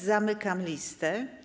Zamykam listę.